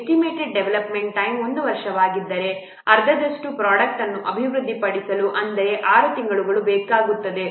estimated development time 1 ವರ್ಷವಾಗಿದ್ದರೆ ಅರ್ಧದಷ್ಟು product ಅನ್ನು ಅಭಿವೃದ್ಧಿಪಡಿಸಲು ಅಂದರೆ 6 ತಿಂಗಳುಗಳು ಬೇಕಾಗುತ್ತದೆ